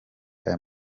aya